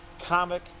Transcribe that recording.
comic